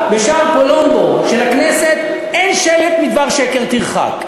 פלומבו של הכנסת אין שלט "מדבר שקר תרחק".